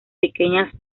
pequeñas